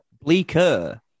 Bleaker